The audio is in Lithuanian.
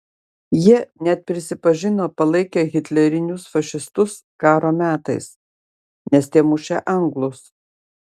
jie net prisipažino palaikę hitlerinius fašistus karo metais nes tie mušę anglus